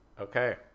Okay